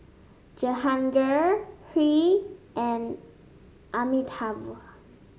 Jehangirr Hri and Amitabh